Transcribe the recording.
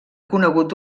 conegut